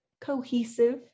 cohesive